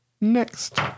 Next